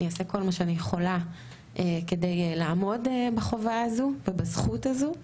אני אעשה כל מה שאני יכולה כדי לעמוד בחובה הזו ובזכות הזו,